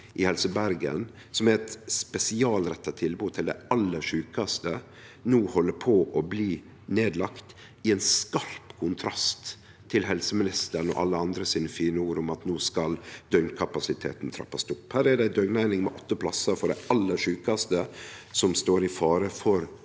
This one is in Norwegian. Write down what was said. i Helse Bergen, som er eit spesialretta tilbod til dei aller sjukaste, no held på å bli lagd ned – i skarp kontrast til helseministeren og alle andre sine fine ord om at no skal døgnkapasiteten trappast opp. Her er det ei døgneining med åtte plassar for dei aller sjukaste som står i fare for